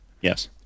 Yes